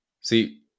see